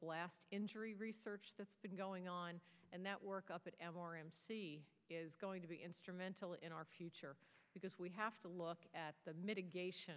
blast injury research that's been going on and that work up is going to be instrumental in our future because we have to look at the mitigation